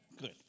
Good